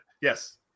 Yes